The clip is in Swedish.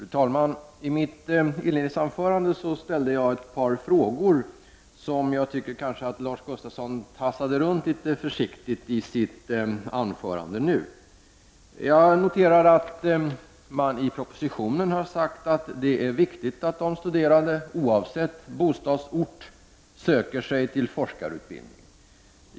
Fru talman! I mitt inledningsanförande ställde jag ett par frågor som jag tycker att Lars Gustafsson kanske tassade runt litet försiktigt i det anförande han nyss höll. Jag noterar att regeringen i propositionen har sagt att det är viktigt att de studerande oavsett bostadsort söker sig till forskarutbildning.